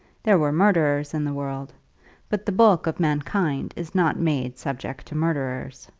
there were murderers in the world but the bulk of mankind is not made subject to murderers.